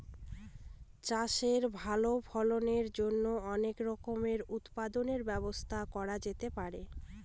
চাষের ভালো ফলনের জন্য অনেক রকমের উৎপাদনের ব্যবস্থা করা যেতে পারে